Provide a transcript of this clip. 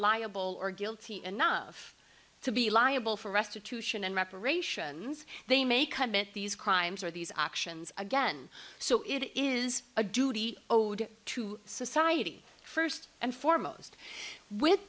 liable or guilty enough to be liable for restitution and reparations they may commit these crimes or these actions again so it is a duty to society first and foremost with